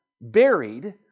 buried